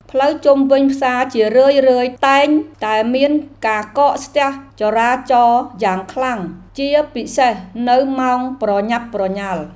ផ្លូវជុំវិញផ្សារជារឿយៗតែងតែមានការកកស្ទះចរាចរណ៍យ៉ាងខ្លាំង ជាពិសេសនៅម៉ោងប្រញាប់ប្រញាល់។